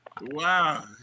Wow